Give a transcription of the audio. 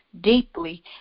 deeply